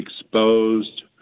exposed